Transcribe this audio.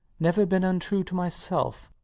never been untrue to myself.